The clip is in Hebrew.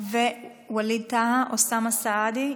וליד טאהא, אוסאמה סעדי,